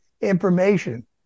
information